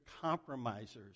compromisers